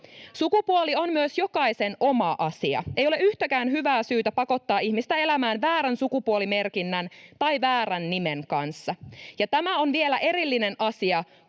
Sukupuoli on myös jokaisen oma asia. Ei ole yhtäkään hyvää syytä pakottaa ihmistä elämään väärän sukupuolimerkinnän tai väärän nimen kanssa, ja tämä on vielä erillinen asia